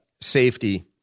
safety